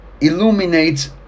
illuminates